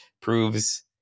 proves